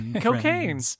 cocaine